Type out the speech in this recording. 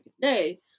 day